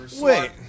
Wait